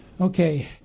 okay